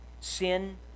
Sin